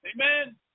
Amen